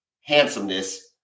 handsomeness